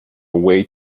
way